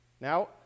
Now